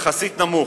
יחסית נמוך.